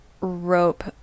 rope